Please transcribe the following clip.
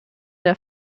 der